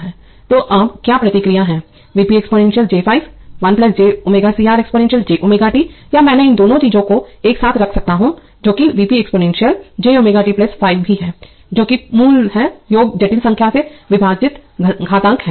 तो अब क्या प्रतिक्रिया है V P exponential j 5 1 j ω CR exponential jω t या मैं इन दोनों चीजों को एक साथ रख सकता हूं जो कि Vp एक्सपोनेंशियल j ω t 5 भी है जो कि मूल है योग जटिल संख्या से विभाजित घातांक है